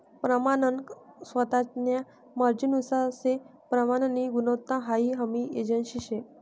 प्रमानन स्वतान्या मर्जीनुसार से प्रमाननी गुणवत्ता हाई हमी एजन्सी शे